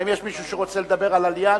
האם יש מישהו שרוצה לדבר על "אליאנס"?